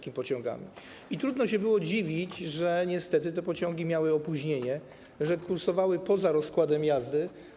I trudno się było dziwić, że niestety te pociągi miały opóźnienia, że kursowały poza rozkładem jazdy.